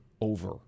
over